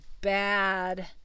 bad